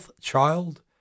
child